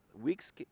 weeks